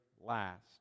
last